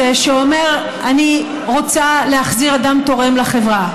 שאומר: אני רוצה להחזיר אדם תורם לחברה.